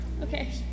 Okay